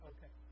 Okay